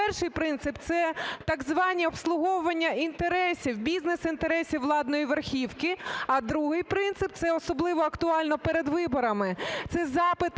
Перший принцип – це так звані обслуговування інтересів, бізнес-інтересів владної верхівки. А другий принцип, це особливо актуально перед виборами, – це запит